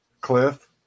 Cliff